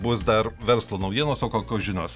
bus dar verslo naujienos o kokios žinios